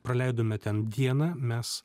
praleidome ten dieną mes